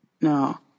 No